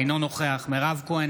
אינו נוכח מירב כהן,